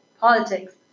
politics